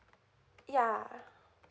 ya